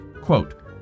Quote